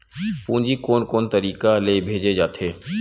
पूंजी कोन कोन तरीका ले भेजे जाथे?